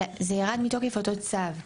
זה ירד מתוקף אותו צו.